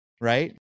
right